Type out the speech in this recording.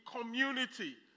community